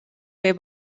fer